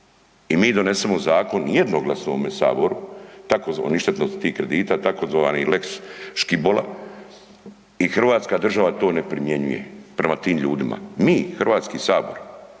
i mi donesemo zakon jednoglasno u ovome saboru tzv., o ništetnosti tih kredita, tzv. lex Škibola i Hrvatska država to ne primjenjuje prema tim ljudima. Mi, Hrvatski sabor,